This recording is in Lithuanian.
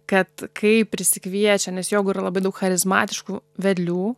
kad kai prisikviečia nes jogoj yra labai daug charizmatiškų vedlių